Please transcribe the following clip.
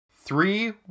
Three